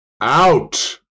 out